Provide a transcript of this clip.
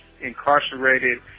incarcerated